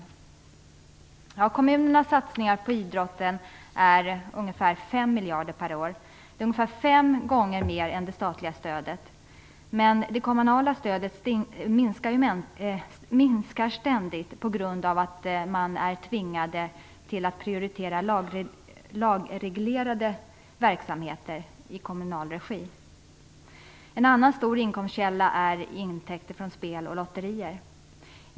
Summan för kommunernas satsningar på idrotten är ungefär 5 miljarder kronor per år - ungefär fem gånger mer än det statliga stödet. Men det kommunala stödet minskar ständigt på grund av att lagreglerade verksamheter i kommunal regi måste prioriteras. En annan stor inkomstkälla är intäkter från spel och lotterier.